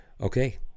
Okay